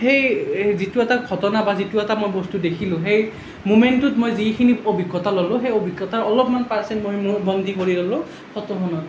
সেই যিটো এটা ঘটনা বা যিটো এটা মই বস্তু দেখিলো সেই মমেন্টটোত মই যিখিনি অভিজ্ঞতা ল'লো সেই অভিজ্ঞতাৰ অলপমাণ পাৰ্চেণ্ট মই মোৰ বন্দী কৰি ল'লো ফটোখনত